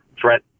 threat